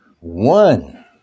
one